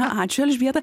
ačiū elžbieta